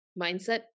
mindset